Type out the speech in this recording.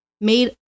made